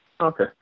Okay